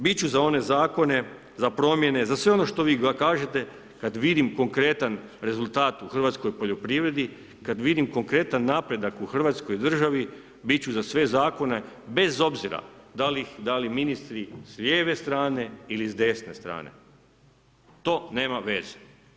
Biti ću za one zakone, za promjene, za sve ono što vi kažete kad vidim konkretan rezultat u hrvatskoj poljoprivredi, kad vidim konkretan napredak u Hrvatskoj državi, biti ću za sve zakone, bez obzira da li ih, da li ministri s lijeve strane ili s desne strane, to nema veze.